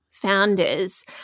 founders